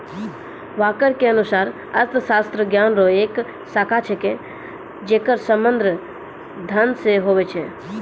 walker के अनुसार अर्थशास्त्र ज्ञान रो एक शाखा छिकै जेकर संबंध धन से हुवै छै